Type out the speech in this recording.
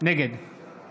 נגד